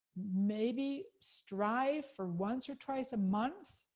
maybe strive for once or twice a month,